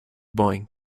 boeing